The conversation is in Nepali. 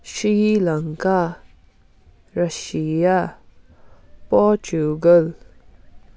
Sri Lanka Russia Portugal